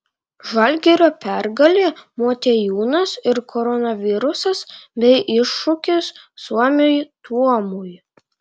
žalgirio pergalė motiejūnas ir koronavirusas bei iššūkis suomiui tuomui